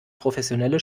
professionelle